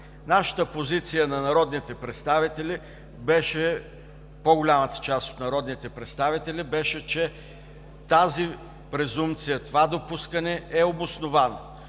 Нашата позиция на народните представители – по-голямата част от народните представители, беше, че тази презумпция, това допускане е обосновано.